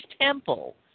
temple